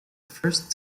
first